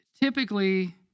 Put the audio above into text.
typically